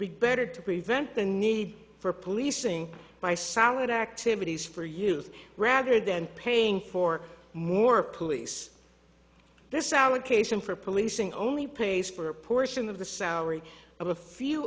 be better to prevent the need for policing by solid activities for youth rather than paying for more police this allegation for policing only pays for a portion of the salary of a few